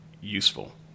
useful